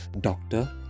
Doctor